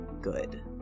good